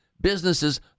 businesses